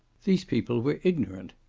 these people were ignorant.